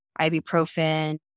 ibuprofen